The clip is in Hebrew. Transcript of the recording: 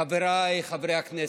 חבריי חברי הכנסת,